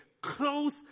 close